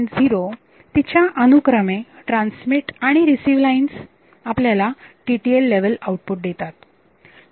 0 तिच्या अनुक्रमे ट्रान्समीट आणि रिसिव्ह लाइन्स आपल्याला TTL लेवल आउटपुट देतात